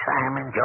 Simon